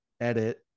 edit